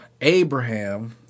Abraham